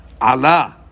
Allah